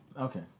okay